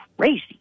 crazy